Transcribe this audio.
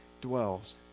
dwells